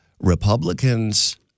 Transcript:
Republicans